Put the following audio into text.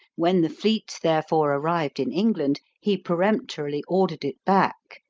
when the fleet, therefore, arrived in england, he peremptorily ordered it back,